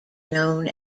known